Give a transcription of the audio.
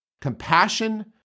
compassion